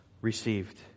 received